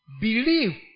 Believe